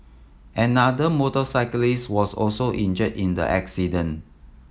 another motorcyclist was also injured in the accident